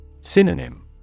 Synonym